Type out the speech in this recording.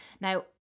Now